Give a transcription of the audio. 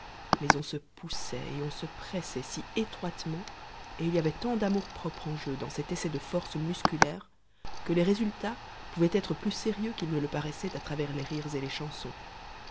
mais on se poussait et on se pressait si étroitement et il y avait tant d'amour-propre en jeu dans cet essai de forces musculaires que les résultats pouvaient être plus sérieux qu'ils ne le paraissaient à travers les rires et les chansons